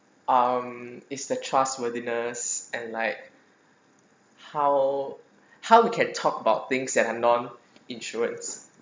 um is the trustworthiness and like how how we can talk about things that are non-insurance